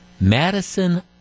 Madison